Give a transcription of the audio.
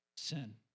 Sin